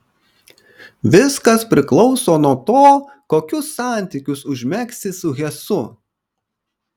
viskas priklauso nuo to kokius santykius užmegsi su hesu